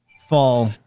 fall